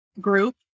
group